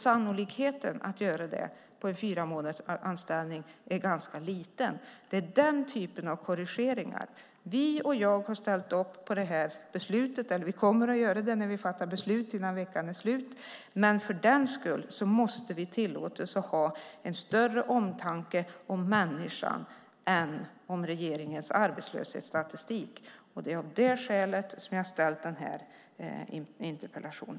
Sannolikheten att det ska ske vid en fyramånadersanställning är ganska liten. Det är den typen av korrigeringar som det handlar om. Vi och jag kommer att ställa oss bakom detta beslut när vi fattar beslut innan veckan är slut, men för den skull måste vi tillåta oss att ha en större omtanke om människan än om regeringens arbetslöshetsstatistik. Det är av detta skäl som jag har ställt denna interpellation.